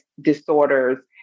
disorders